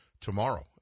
tomorrow